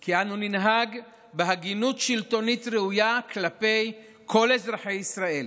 כי אנו ננהג בהגינות שלטונית ראויה כלפי כל אזרחי ישראל,